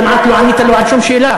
כמעט לא ענית לו על שום שאלה.